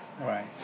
Right